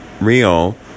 real